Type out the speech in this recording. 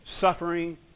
suffering